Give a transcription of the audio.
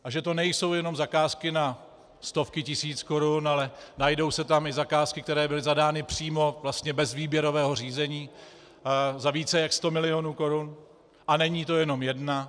A že to nejsou jenom zakázky na stovky tisíc korun, ale najdou se tam i zakázky, které byly zadány přímo, vlastně bez výběrového řízení, za více jak sto milionů korun, a není to jenom jedna.